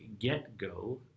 GetGo